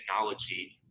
technology